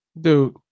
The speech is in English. Dude